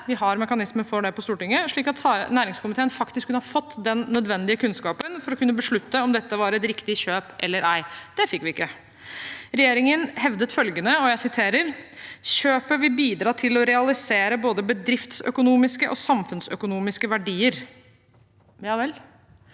Vi har mekanismer for det her på Stortinget, slik at næringskomiteen faktisk kunne fått den nødvendige kunnskapen for å kunne beslutte om dette var et riktig kjøp eller ei. Det fikk vi ikke. Regjeringen hevdet at kjøpet ville «bidra til å realisere både bedriftsøkonomiske og samfunnsøkonomiske verdier». Ja vel.